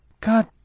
God